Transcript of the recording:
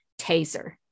Taser